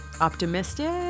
optimistic